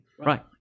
Right